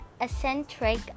eccentric